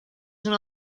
una